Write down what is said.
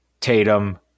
Tatum